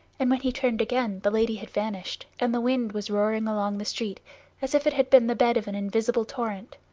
and when he turned again the lady had vanished, and the wind was roaring along the street as if it had been the bed of an invisible torrent.